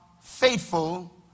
faithful